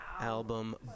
album